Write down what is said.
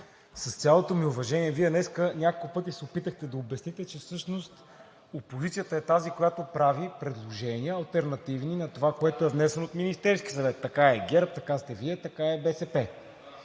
с цялото ми уважение, Вие днес няколко пъти се опитахте да обясните, че всъщност опозицията е тази, която прави предложения, алтернативни на това, което е внесено от Министерския съвет. Така е ГЕРБ, така сте Вие, така е БСП!